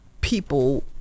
people